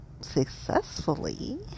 successfully